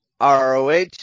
ROH